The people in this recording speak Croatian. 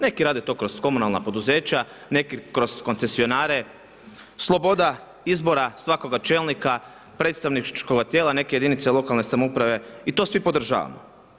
Neki to rade kroz komunalna poduzeća, neki kroz koncesionare, sloboda izbora svakoga čelnika predstavničkoga tijela neke jedinice lokalne samouprave i to svi podržavamo.